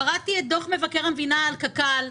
קראתי את דוח המבקר לגבי קק"ל,